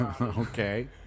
Okay